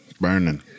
Burning